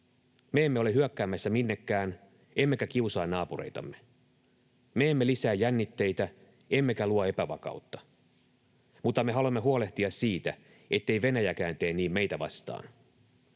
Me emme ole hyökkäämässä minnekään, emmekä kiusaa naapureitamme. Me emme lisää jännitteitä, emmekä luo epävakautta, mutta me haluamme huolehtia siitä, ettei Venäjäkään tee niin meitä vastaan.